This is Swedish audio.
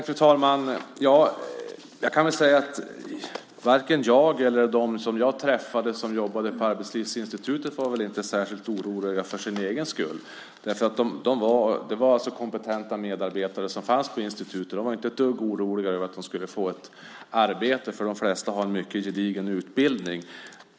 Fru talman! Varken jag eller de jag träffade som jobbade på Arbetslivsinstitutet var väl särskilt oroliga för sin egen skull. Medarbetarna på institutet var kompetenta, och de var inte ett dugg oroliga över att de skulle få arbete eftersom de flesta har en gedigen utbildning.